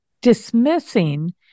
dismissing